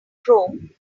chrome